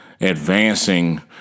advancing